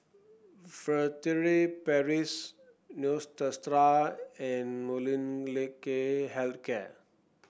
Furtere Paris Neostrata and Molnylcke Health Care